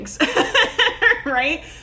right